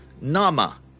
Nama